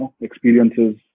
experiences